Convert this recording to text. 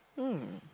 mm